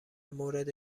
مورد